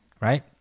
right